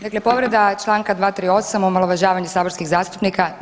Dakle povreda čl. 238, omalovažavanje saborskih zastupnika.